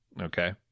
Okay